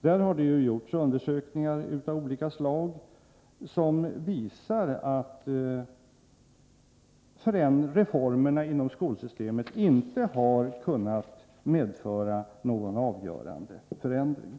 Här har det ju gjorts undersökningar av olika slag, vilka visar att reformerna inom skolsystemet inte har medfört någon avgörande förändring.